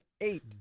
eight